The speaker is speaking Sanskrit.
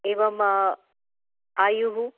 एवम् आयुः